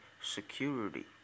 security